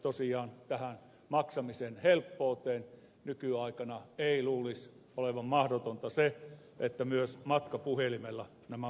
tosiaan tähän maksamisen helppouteen liittyen nykyaikana ei luulisi sen olevan mahdotonta että myös matkapuhelimella nämä maksut voidaan hoitaa